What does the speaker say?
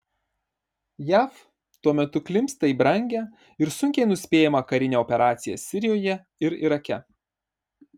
jav tuo metu klimpsta į brangią ir sunkiai nuspėjamą karinę operaciją sirijoje ir irake